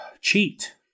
cheat